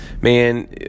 man